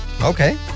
Okay